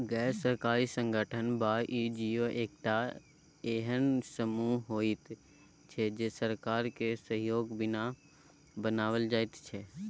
गैर सरकारी संगठन वा एन.जी.ओ एकटा एहेन समूह होइत छै जे सरकारक सहयोगक बिना बनायल जाइत छै